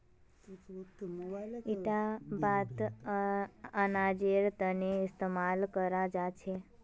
इटा बात अनाजेर तने इस्तेमाल कराल जा छे